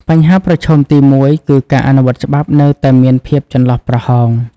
បញ្ហាប្រឈមទីមួយគឺ ការអនុវត្តច្បាប់នៅតែមានភាពចន្លោះប្រហោង។